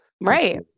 Right